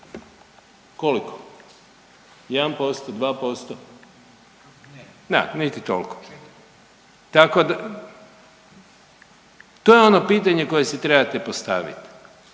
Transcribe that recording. Koliko? 1%, 2%, da niti toliko. Tako da to je ono pitanje koje si trebate postaviti.